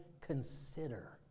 consider